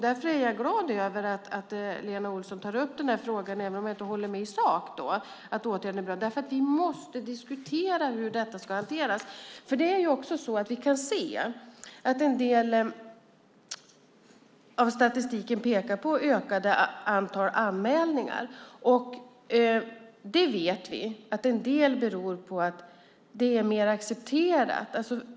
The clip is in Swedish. Därför är jag glad över att Lena Olsson tar upp den här frågan, även om jag inte håller med i sak när det gäller åtgärderna. Vi måste diskutera hur detta ska hanteras. Statistiken visar på ett ökat antal anmälningar, och vi vet att det till en del beror på att det är mer accepterat att anmäla.